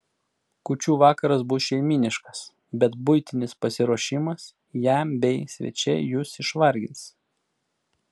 kūčių vakaras bus šeimyniškas bet buitinis pasiruošimas jam bei svečiai jus išvargins